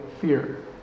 fear